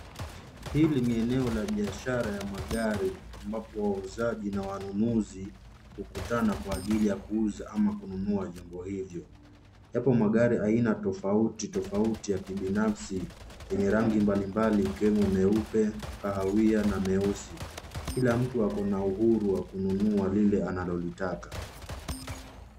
Hili ni eneo la biashara ya magari ambapo wauzaji na wanunuzi hukutana kwa ajili ya kuuza ama kununua vyombo hivyo. Yapo magari aina tofauti tofauti ya kibinafsi yenye rangi mbali mbali ikiwemo meupe kahawia na meusi. Kila mtu ako na uhuru wa kununua lile analolitaka.